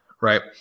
right